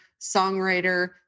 songwriter